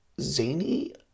zany